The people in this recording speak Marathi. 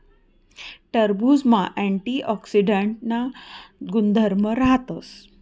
टरबुजमा अँटीऑक्सीडांटना गुणधर्म राहतस